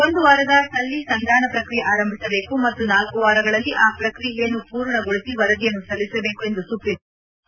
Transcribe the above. ಒಂದು ವಾರದಲ್ಲಿ ಸಂಧಾನ ಪ್ರಕ್ರಿಯೆ ಆರಂಭಿಸಬೇಕು ಮತ್ತು ನಾಲ್ಲು ವಾರಗಳಲ್ಲಿ ಆ ಪ್ರಕ್ರಿಯೆಯನ್ನು ಪೂರ್ಣಗೊಳಿಸಿ ವರದಿಯನ್ನು ಸಲ್ಲಿಸಬೇಕು ಎಂದು ಸುಪ್ರೀಂ ಕೋರ್ಟ್ ಆದೇಶಿಸಿತ್ತು